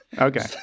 okay